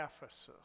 Ephesus